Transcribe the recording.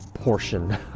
portion